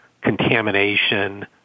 contamination